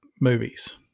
movies